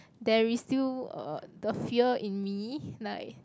there is still uh the fear in me like